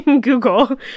Google